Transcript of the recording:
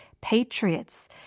patriots